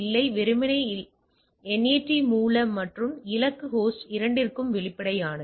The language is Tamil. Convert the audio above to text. NAT மூல மற்றும் இலக்கு ஹோஸ்ட் இரண்டிற்கும் வெளிப்படையானது ஆனால் ப்ராக்ஸி எப்போதும் விஷயங்களுக்கு வெளிப்படையானதாக இருக்காது